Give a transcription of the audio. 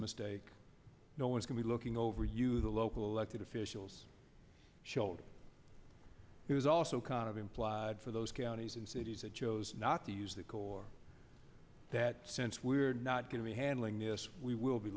mistake no one's going to looking over you the local elected officials showed he was also kind of implied for those counties and cities that chose not to use the corps that since we're not going to be handling this we will be